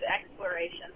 exploration